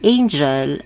Angel